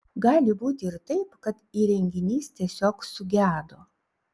gali būti ir taip kad įrenginys tiesiog sugedo